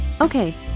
Okay